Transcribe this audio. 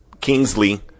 kingsley